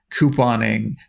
couponing